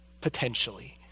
potentially